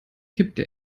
kippte